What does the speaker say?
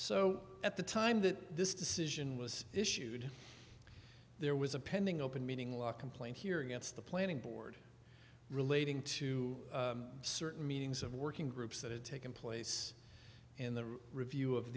so at the time that this decision was issued there was a pending open meeting law complaint here against the planning board relating to certain meetings of working groups that had taken place in the review of